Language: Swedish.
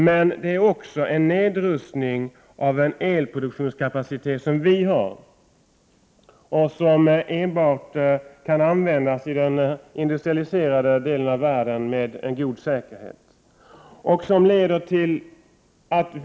Men det handlar också om en nedrustning av en elproduktionskapacitet som vi har och som enbart kan utnyttjas i den industrialiserade delen av världen med god säkerhet.